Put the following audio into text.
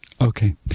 Okay